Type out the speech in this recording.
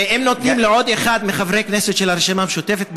אם נותנים לעוד אחד מחברי הכנסת של הרשימה המשותפת,